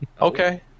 Okay